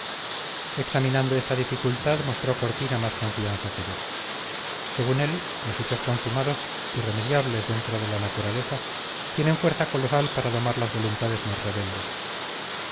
examinando esta dificultad mostró cortina más confianza que yo según él los hechos consumados irremediables dentro de la naturaleza tienen fuerza colosal para domar las voluntades más rebeldes